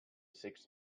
six